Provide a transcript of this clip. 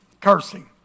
Cursing